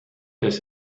des